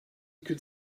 could